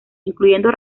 incluyendo